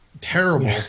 terrible